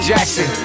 Jackson